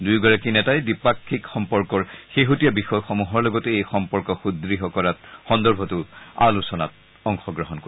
দুয়োগৰাকী নেতাই দ্বিপাক্ষিক সম্পৰ্কৰ শেহতীয়া বিষয়সমূহৰ লগতে এই সম্পৰ্ক সুদ্ঢ কৰা সন্দৰ্ভত আলোচনা কৰিব